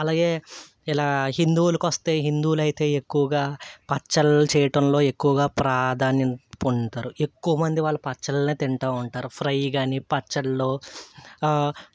అలాగే ఇలా హిందువులకి వస్తే హిందువులు అయితే ఎక్కువగా పచ్చళ్ళు చేయటంలో ఎక్కువగా ప్రాధాన్యాన్ని పొందుతారు ఎక్కువ మంది వాళ్ళు పచ్చళ్ళనే తింటూ ఉంటారు ఫ్రై కానీ పచ్చళ్ళు